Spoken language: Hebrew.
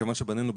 כיוון שבנינו,